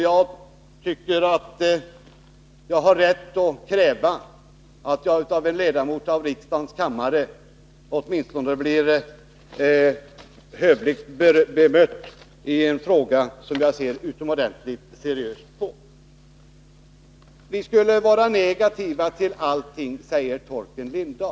Jag anser mig ha rätt att kräva att åtminstone bli hövligt bemött i en fråga, som jag ser utomordentligt seriöst på. Vi är negativa till allt, påstår Torkel Lindahl.